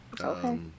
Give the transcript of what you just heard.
Okay